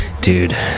dude